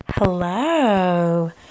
Hello